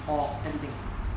or everything